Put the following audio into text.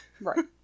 Right